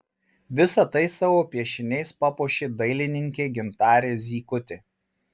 visa tai savo piešiniais papuošė dailininkė gintarė zykutė